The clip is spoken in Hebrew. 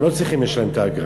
הם לא צריכים לשלם את האגרה.